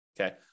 okay